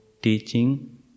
teaching